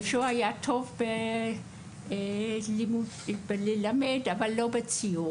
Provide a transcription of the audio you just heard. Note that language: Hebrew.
יהושע היה טוב ללמד אבל לא בציור.